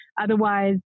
otherwise